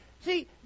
See